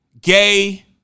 gay